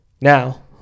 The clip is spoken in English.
Now